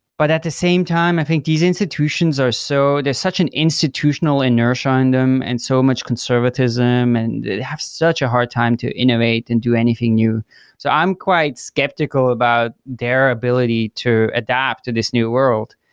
but at the same time i think these institutions are so there's such an institutional inertia on them and so much conservatism and have such a hard time to innovate and do anything new so i'm quite skeptical about their ability to adapt to this new world.